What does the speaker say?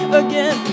again